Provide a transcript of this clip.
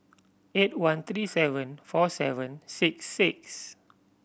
eight one three seven four seven six six